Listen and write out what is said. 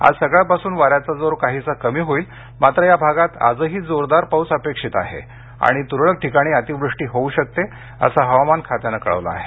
आज सकाळपासून वाऱ्याचा जोर काहीसा कमी होईल मात्र या भागात आजही जोरदार पाऊस अपेक्षित आहे आणि तुरळक ठिकाणी अतिवृष्टी होऊ शकते असं हवामान खात्यानं कळवलं आहे